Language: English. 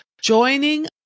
joining